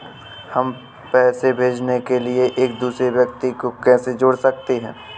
हम पैसे भेजने के लिए दूसरे व्यक्ति को कैसे जोड़ सकते हैं?